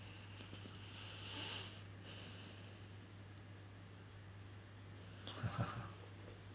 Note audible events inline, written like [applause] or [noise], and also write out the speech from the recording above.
[laughs]